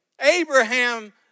Abraham